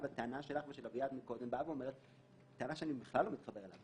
הטענה שלך ושל אביעד היא טענה שאני בכלל לא מתחבר אליה.